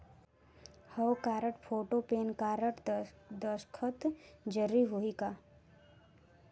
हव card, photo, pan card, दस्खत जरूरी होही का?